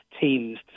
teams